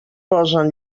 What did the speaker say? posen